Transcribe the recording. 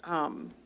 um,